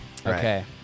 Okay